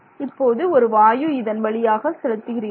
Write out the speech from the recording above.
இப்போது ஒரு வாயு இதன் வழியாக செலுத்துகிறீர்கள்